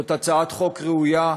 זאת הצעת חוק ראויה,